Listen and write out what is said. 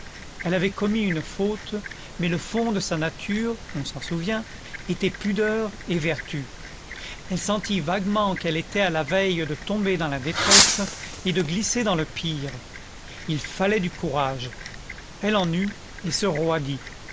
elle avait commis une faute mais le fond de sa nature on s'en souvient était pudeur et vertu elle sentit vaguement qu'elle était à la veille de tomber dans la détresse et de glisser dans le pire il fallait du courage elle en eut et se roidit